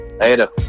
Later